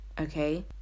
okay